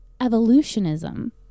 evolutionism